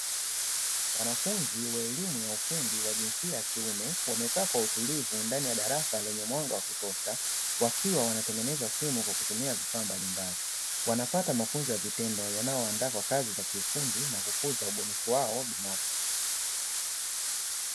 Wanafunzi wa elimu ya ufundi wa jinsia ya kiume wamekaa kwa utulivu ndani ya darasa lenye mwanga wa kutosha, wakiwa wanatengeneza simu kwa kutumia vifaa mbalimbali, wanapata mafunzo ya vitendo yanayowaandaa kwa ufundi na kukuza ubunifu wao binafsi.